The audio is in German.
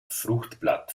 fruchtblatt